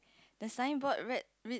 the signboard write read